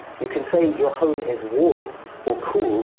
you can say your home is warm or cool,